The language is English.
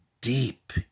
deep